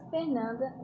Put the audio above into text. Fernanda